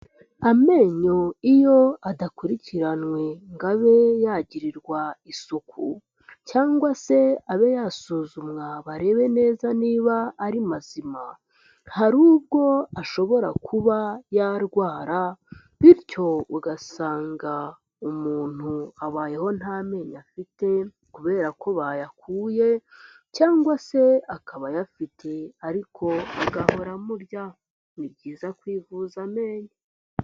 Amenyo iyo adakurikiranwe ngo abe yagirirwa isuku cyangwa se abe yasuzumwa barebe neza niba ari mazima, hari ubwo ashobora kuba yarwara, bityo ugasanga umuntu abayeho nta menyo afite kubera ko bayakuye cyangwa se akaba ayafite ariko agahora amurya, ni byiza kwivuza amenyo.